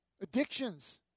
addictions